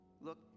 look